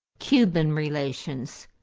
cuban relations.